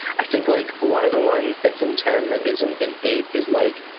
i think like one of the ones that's in ten that isn't in eight is, like,